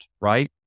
right